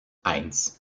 eins